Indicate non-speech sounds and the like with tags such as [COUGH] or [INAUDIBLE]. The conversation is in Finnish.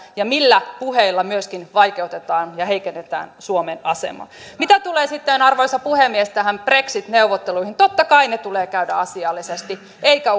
ja millä puheilla myöskin vaikeutetaan ja heikennetään suomen asemaa mitä tulee sitten arvoisa puhemies näihin brexit neuvotteluihin niin totta kai ne tulee käydä asiallisesti eikä [UNINTELLIGIBLE]